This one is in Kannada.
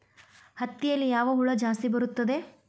ಹತ್ತಿಯಲ್ಲಿ ಯಾವ ಹುಳ ಜಾಸ್ತಿ ಬರುತ್ತದೆ?